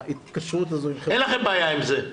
ההתקשרות הזו --- אין לכם בעיה עם זה?